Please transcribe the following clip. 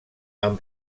amb